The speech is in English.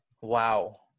Wow